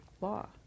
law